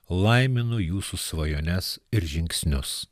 laiminu jūsų svajones ir žingsnius